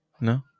No